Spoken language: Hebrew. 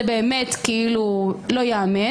זה באמת לא ייאמן.